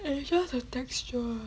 it's just the texture